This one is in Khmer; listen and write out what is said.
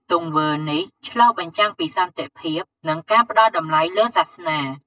ទង្វើនេះឆ្លុះបញ្ចាំងពីសន្តិភាព និងការផ្ដល់តម្លៃលើសាសនា។